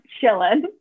chilling